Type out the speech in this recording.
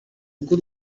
bw’u